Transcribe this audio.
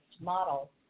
model